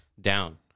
down